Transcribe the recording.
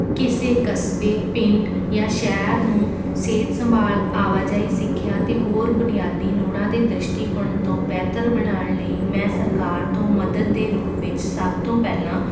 ਕਿਸੇ ਕਸਬੇ ਪਿੰਡ ਜਾਂ ਸ਼ਹਿਰ ਨੂੰ ਸਿਹਤ ਸੰਭਾਲ ਆਵਾਜਾਈ ਸਿੱਖਿਆ ਅਤੇ ਹੋਰ ਬੁਨਿਆਦੀ ਲੋੜਾਂ ਦੇ ਦ੍ਰਿਸ਼ਟੀਕੋਣ ਤੋਂ ਬਿਹਤਰ ਬਣਾਉਣ ਲਈ ਮੈਂ ਸਰਕਾਰ ਤੋਂ ਮਦਦ ਦੇ ਰੂਪ ਵਿੱਚ ਸਭ ਤੋਂ ਪਹਿਲਾਂ